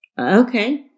okay